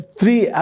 three